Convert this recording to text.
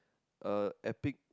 uh epic